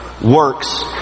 works